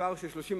פער של 30%,